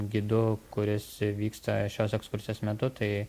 gidu kuris vyksta šios ekskursijos metu tai